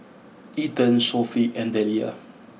Ethan Sophie and Delia